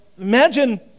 imagine